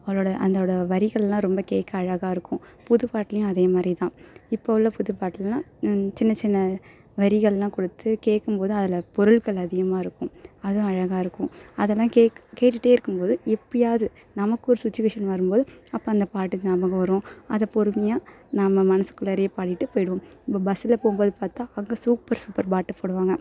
அதோட அந்தோட வரிகளெலாம் ரொம்ப கேட்க அழகாக இருக்கும் புது பாட்லேயும் அதேமாதிரிதான் இப்போது உள்ள புது பாட்டெலாம் சின்ன சின்ன வரிகளெலாம் கொடுத்து கேட்கும்போது அதில் பொருட்கள் அதிகமாக இருக்கும் அதுவும் அழகாக இருக்கும் அதெல்லாம் கேக் கேட்டுகிட்டே இருக்கும்போது எப்பயாவது நமக்கு ஒரு சுச்சிவேஷன் வரும்போது அப்போ அந்த பாட்டு ஞாபகம் வரும் அதை பொறுமையாக நம்ம மனசுக்குள்ளாரேயே பாடிகிட்டு போய்விடுவோம் இப்போ பஸ்ஸில் போகும்போது பார்த்தா அங்கே சூப்பர் சூப்பர் பாட்டு போடுவாங்க